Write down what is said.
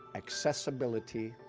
accessibility,